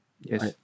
Yes